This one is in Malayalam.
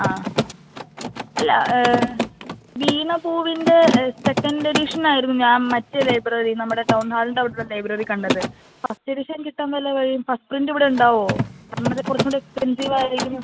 ആ അല്ല വീണ പൂവിൻ്റെ സെക്കൻഡ് എഡിഷൻ ആയിരുന്നു ഞാൻ മറ്റേ ലൈബ്രറിയിൽ നമ്മുടെ ടൗൺ ഹാളിൻ്റെ അവിടുത്തെ ലൈബ്രറി കണ്ടത് ഫസ്റ്റ് എഡിഷൻ കിട്ടാൻ വല്ല വഴിയും ഫസ്റ്റ് പ്രിന്റിവിടെയുണ്ടാവുമോ അതാകുമ്പോൾ കുറച്ചുകൂടെ എക്സ്പെൻസീവ് ആരിക്കുമെന്ന്